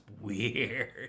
weird